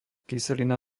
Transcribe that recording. kyselina